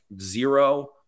zero